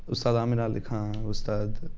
salam and ali khan who started